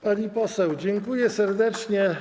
Pani poseł, dziękuję serdecznie.